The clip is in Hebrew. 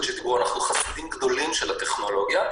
שדיברו אנחנו חסידים גדולים של הטכנולוגיה,